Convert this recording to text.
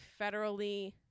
federally